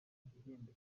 igihembo